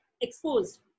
exposed